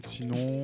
Sinon